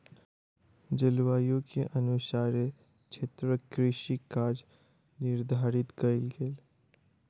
जलवायु के अनुसारे क्षेत्रक कृषि काज निर्धारित कयल गेल